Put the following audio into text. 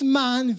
man